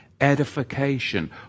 edification